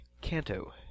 Kanto